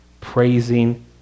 praising